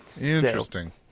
Interesting